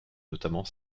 notamment